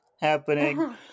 happening